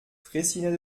fraissinet